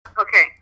Okay